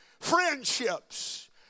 friendships